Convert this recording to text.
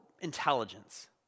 intelligence